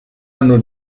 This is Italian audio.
anno